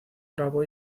grabó